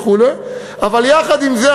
אבל יחד עם זה,